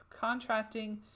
contracting